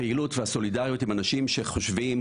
הפעילות והסולידריות עם אנשים שחושבים,